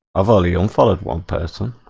a volume followed one person